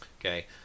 Okay